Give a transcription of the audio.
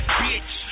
bitch